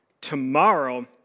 tomorrow